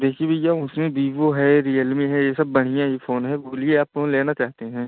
देखिए भैया उसमें विवो है रियलमी है यह सब बढ़िया ही फ़ोन है बोलिए आप कौन लेना चाहते हैं